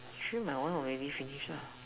actually my one not really finish lah